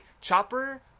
Chopper